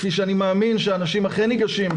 כפי שאני מאמין שאנשים אכן ניגשים,